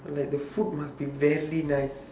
like the food must be very nice